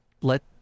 let